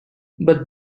but